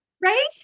Right